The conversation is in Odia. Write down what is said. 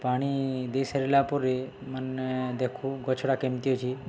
ପାଣି ଦେଇ ସାରିଲା ପରେ ମାନେ ଦେଖୁ ଗଛଟା କେମିତି ଅଛି